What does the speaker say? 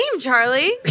Charlie